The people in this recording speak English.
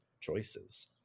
choices